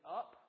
up